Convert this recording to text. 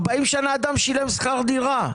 אדם שילם שכר דירה.